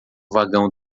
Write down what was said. vagão